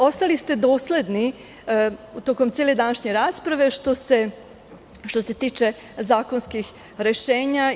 Ostali ste dosledni tokom cele današnje rasprave, što se tiče zakonskih rešenja.